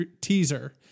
teaser